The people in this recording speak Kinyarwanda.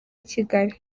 kigali